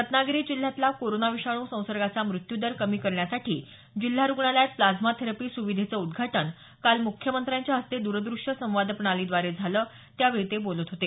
रत्नागिरी जिल्ह्यातला कोरोना विषाणू संसर्गाचा मृत्यूदर कमी करण्यासाठी जिल्हा रुग्णालयात प्लाझ्मा थेरपी सुविधेचं उद्घाटन काल मुख्यमंत्र्यांच्या हस्ते द्रदूश्य संवाद प्रणालीद्वारे झालं त्यावेळी ते बोलत होते